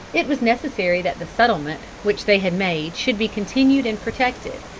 it was necessary that the settlement which they had made should be continued and protected,